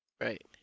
right